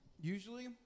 Usually